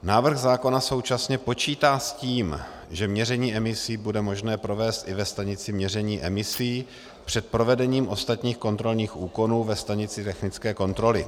Návrh zákona současně počítá s tím, že měření emisí bude možné provést i ve stanici měření emisí před provedením ostatních kontrolních úkonů ve stanici technické kontroly.